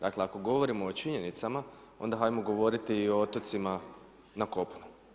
Dakle, ako govorimo o činjenicama, onda ajmo govoriti i o otocima na kopnu.